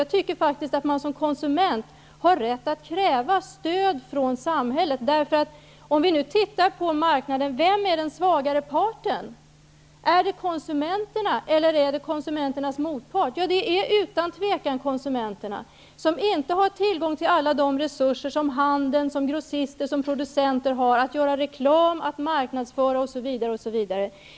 Jag tycker faktiskt att man som konsument har rätt att kräva stöd från samhället. Vid ett studium av marknaden, är det då konsumenten eller konsumentens motpart som är den svagare parten? Utan tvivel är det konsumenten, som inte har tillgång till alla de resurser som handel, grossister och producenter har, dvs. att göra reklam, att marknadsföra, osv.